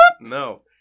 No